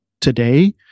today